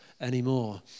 anymore